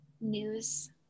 news